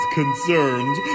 concerned